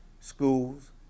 schools